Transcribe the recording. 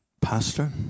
Pastor